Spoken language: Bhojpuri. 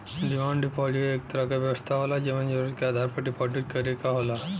डिमांड डिपाजिट एक तरह क व्यवस्था होला जेमन जरुरत के आधार पर डिपाजिट करे क होला